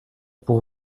pour